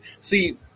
see